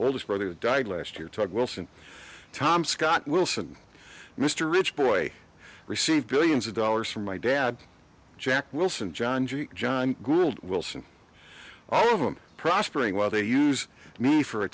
oldest brother who died last year talk wilson tom scott wilson mr rich boy received billions of dollars from my dad jack wilson john g john wilson all of them prospering while they use me for a